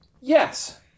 Yes